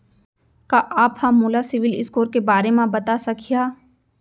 का आप हा मोला सिविल स्कोर के बारे मा बता सकिहा?